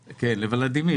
לוולדימיר.